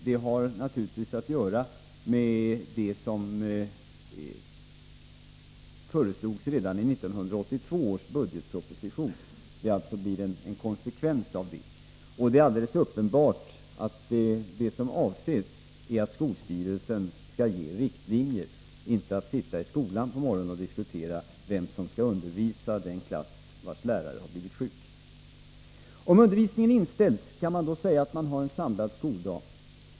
Det är i stället fråga om en konsekvens av det som föreslogs redan i 1982 års budgetproposition. Vad som avses är alldeles uppenbart att skolstyrelsen skall ge riktlinjer, inte sitta i skolan på morgonen och diskutera vem som skall undervisa i den klass vars lärare har blivit sjuk. Om undervisningen inställs, kan man då säga att man har en samlad skoldag?